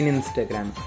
Instagram